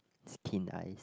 it's thin eyes